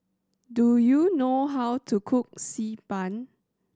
do you know how to cook Xi Ban